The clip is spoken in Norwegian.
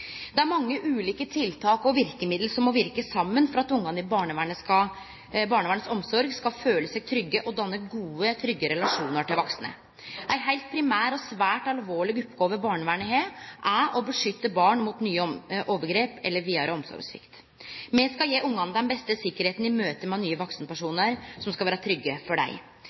Det er mange ulike tiltak og verkemiddel som må verke saman for at barna i barnevernets omsorg skal føle seg trygge og danne gode, trygge relasjonar til vaksne. Ei heilt primær og svært alvorleg oppgåve barnevernet har, er å beskytte barn mot nye overgrep eller vidare omsorgssvikt. Me skal gje barna den beste tryggleiken i møte med nye vaksenpersonar, som skal vere trygge for dei.